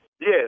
Yes